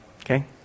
Okay